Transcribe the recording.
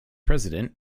president